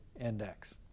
index